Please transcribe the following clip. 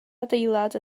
adeilad